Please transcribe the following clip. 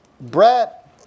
Brett